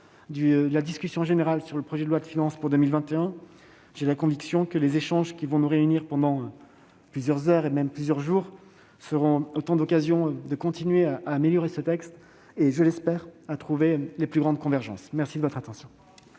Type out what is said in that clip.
de la discussion générale sur le projet de loi de finances pour 2021. J'ai la conviction que les échanges qui vont nous réunir pendant plusieurs jours constitueront autant d'occasions de continuer à améliorer ce texte et, je l'espère, à trouver de grandes convergences. La parole est